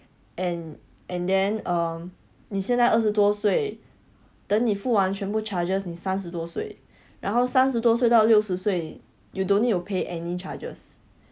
and and then um 你现在二十多岁等你付完全部 charges 你三十多岁然后三十多岁到六十岁 you don't need to pay any charges